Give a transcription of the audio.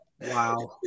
Wow